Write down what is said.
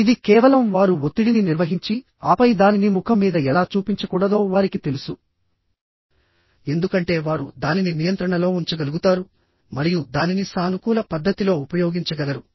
ఇది కేవలం వారు ఒత్తిడిని నిర్వహించి ఆపై దానిని ముఖం మీద ఎలా చూపించకూడదో వారికి తెలుసు ఎందుకంటే వారు దానిని నియంత్రణలో ఉంచగలుగుతారు మరియు దానిని సానుకూల పద్ధతిలో ఉపయోగించగలరు